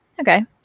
Okay